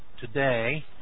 today